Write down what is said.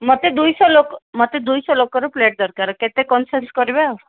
ମୋତେ ଦୁଇଶହ ଲୋକ ମୋତେ ଦୁଇଶହ ଲୋକର ପ୍ଲେଟ୍ ଦରକାର କେତେ କନସେସ୍ନ କରିବେ